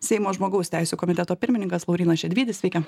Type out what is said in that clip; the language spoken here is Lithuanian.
seimo žmogaus teisių komiteto pirmininkas laurynas šedvydis sveiki